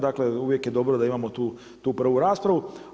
Dakle, uvijek je dobro da imamo tu prvu raspravu.